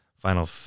Final